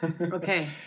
Okay